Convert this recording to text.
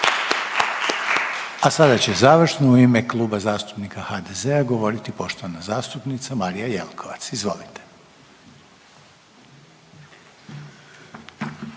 Sada će završno u ime Kluba zastupnika HDZ-a govoriti poštovani zastupnik Davor Ivo Stier. Izvolite.